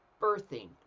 birthing